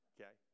Okay